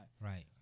Right